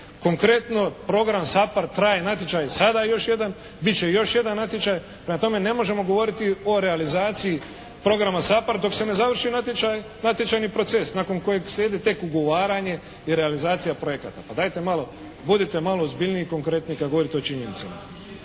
Konkretno program SAPARD traje natječaj sada još jedan, bit će još jedan natječaj, prema tome ne možemo govoriti o realizaciji programa SAPARD dok se ne završi natječajni proces nakon kojeg slijedi tek ugovaranje i realizacija projekata. Pa dajte malo, budite malo ozbiljniji i konkretniji kada govorite o činjenicama.